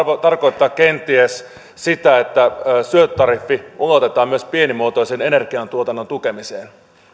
tarkoittaa kenties sitä että syöttötariffi ulotetaan myös pienimuotoisen energiantuotannon tukemiseen